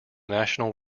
national